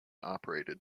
operated